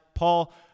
Paul